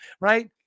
right